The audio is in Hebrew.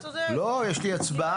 לא, יש לי הצבעה.